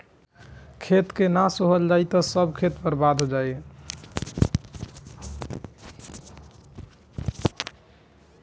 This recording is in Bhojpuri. खेत के ना सोहल जाई त सब खेत बर्बादे हो जाई